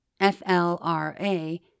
FLRA